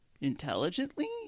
intelligently